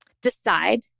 Decide